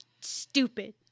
stupid